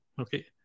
Okay